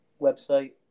website